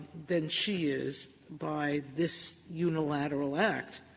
than she is by this unilateral act.